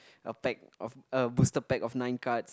a pack of a booster pack of nine cards